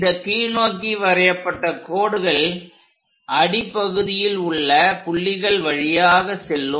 இந்த கீழ்நோக்கி வரையப்பட்ட கோடுகள் அடிப்பகுதியில் உள்ள புள்ளிகள் வழியாக செல்லும்